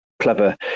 clever